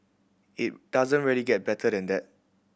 it doesn't really get better than that